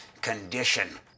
condition